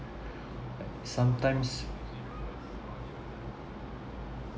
like sometimes